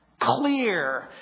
clear